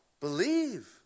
believe